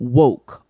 woke